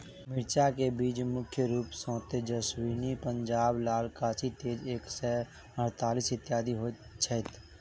मिर्चा केँ बीज मुख्य रूप सँ तेजस्वनी, पंजाब लाल, काशी तेज एक सै अड़तालीस, इत्यादि होए छैथ?